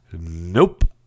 Nope